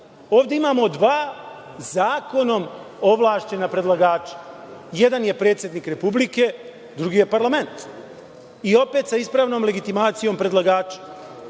Ovde imamo dva zakonom ovlašćena predlagača, jedan je predsednik Republike, drugi je parlament, i opet sa ispravnom legitimacijom predlagača. Što